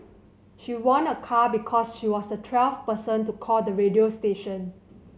she won a car because she was the twelfth person to call the radio station